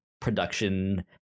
production